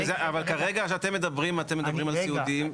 כשאתם מדברים על סיעודיים,